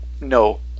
no